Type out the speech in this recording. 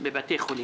בבתי חולים.